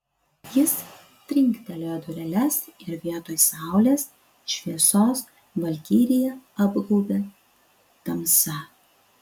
jis trinktelėjo dureles ir vietoj saulės šviesos valkiriją apgaubė tamsa